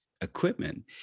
equipment